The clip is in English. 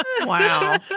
Wow